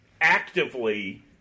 actively